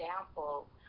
example